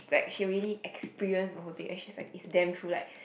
like she already experience the whole thing and she's like it's damn true like